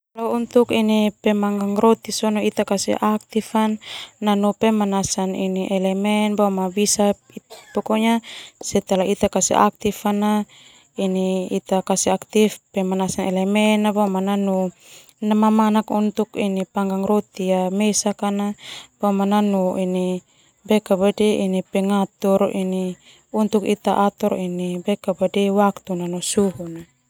Kalau untuk pemanggang roti sona ini kasih aktif nanu pemanasan elemen nanu amanak untuk panggang roti mesak kana nanu pengatur untuk ita atur waktu no suhu na.